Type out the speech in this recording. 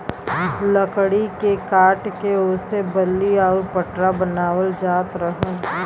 लकड़ी के काट के ओसे बल्ली आउर पटरा बनावल जात रहल